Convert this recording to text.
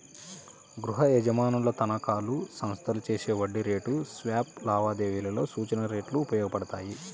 గృహయజమానుల తనఖాలు, సంస్థలు చేసే వడ్డీ రేటు స్వాప్ లావాదేవీలలో సూచన రేట్లు ఉపయోగపడతాయి